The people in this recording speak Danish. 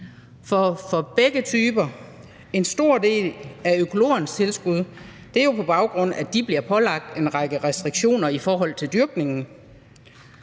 økologistøtten, for en stor del af økologernes tilskud gives jo, på baggrund af at de bliver pålagt en række restriktioner i forhold til dyrkningen.